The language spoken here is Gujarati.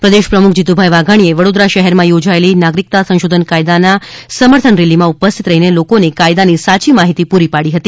પ્રદેશ પ્રમુખ જીતુભાઇ વાઘાણીએ વડોદરા શહેરમાં યોજાયેલી નાગરિકતા સંશોધન કાયદાની સમર્થન રેલીમાં ઉપસ્થિત રહીને લોકોને કાયદાની સાચી માહિતી પૂરી પાડી હતી